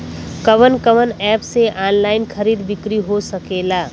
कवन कवन एप से ऑनलाइन खरीद बिक्री हो सकेला?